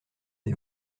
des